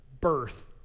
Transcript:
birth